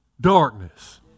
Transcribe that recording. darkness